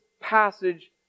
passage